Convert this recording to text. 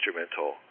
instrumental